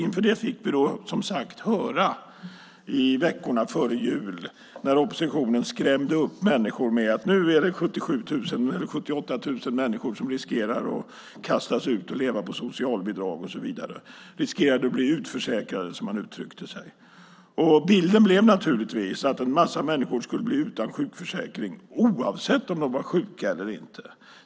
Inför det fick vi som sagt höra under veckorna före jul hur oppositionen skrämde upp människor med att 77 000 eller 78 000 människor riskerade att kastas ut och få leva på socialbidrag och så vidare, riskerade att bli utförsäkrade, som man uttryckte sig. Bilden blev naturligtvis att en massa människor skulle bli utan sjukförsäkring oavsett om de var sjuka eller inte.